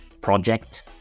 project